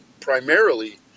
primarily